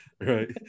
Right